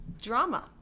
drama